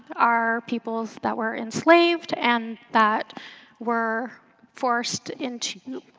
our peoples that were enslaved and that were forced into,